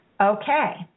Okay